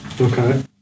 Okay